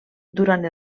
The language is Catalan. durant